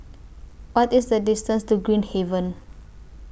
What IS The distance to Green Haven